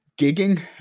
gigging